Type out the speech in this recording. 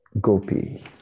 gopi